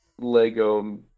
Lego